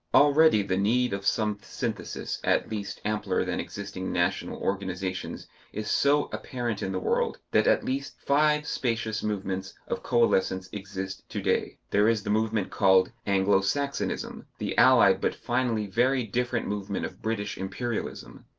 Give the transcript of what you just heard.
already the need of some synthesis at least ampler than existing national organizations is so apparent in the world, that at least five spacious movements of coalescence exist to-day there is the movement called anglo-saxonism, the allied but finally very different movement of british imperialism,